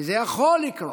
וזה יכול לקרות,